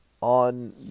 on